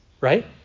right